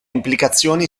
implicazioni